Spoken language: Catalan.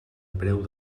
preu